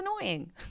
annoying